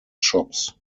shops